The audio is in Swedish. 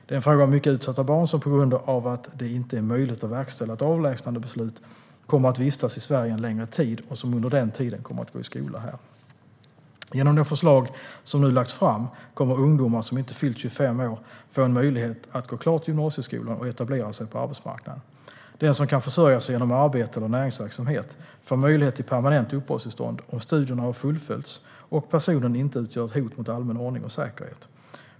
Det är fråga om mycket utsatta barn som på grund av att det inte är möjligt att verkställa ett avlägsnandebeslut kommer att vistas i Sverige en längre tid och som under den tiden kommer att gå i skola här. Genom det förslag som nu lagts fram kommer ungdomar som inte fyllt 25 år att få en möjlighet att gå klart gymnasieskolan och etablera sig på arbetsmarknaden. Den som kan försörja sig genom arbete eller näringsverksamhet får möjlighet till permanent uppehållstillstånd om studierna har fullföljts och personen inte utgör ett hot mot allmän ordning och säkerhet.